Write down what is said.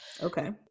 Okay